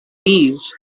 bees